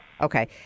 Okay